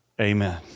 Amen